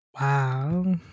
Wow